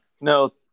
No